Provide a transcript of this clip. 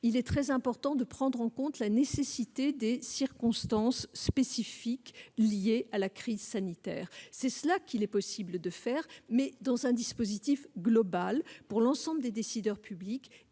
qu'il est très important de prendre en compte la nécessité des circonstances spécifiques liées à la crise sanitaire. Il est possible de le faire, mais dans un dispositif global, valable pour l'ensemble des décideurs publics